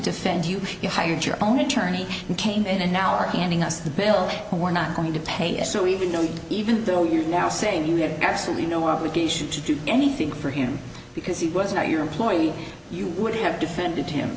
defend you you hired your own attorney and came in and now are handing us the bill who are not going to pay it so we don't even know you're now saying you have absolutely no obligation to do anything for him because he was not your employee you would have defended him